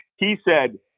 he said,